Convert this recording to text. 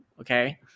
okay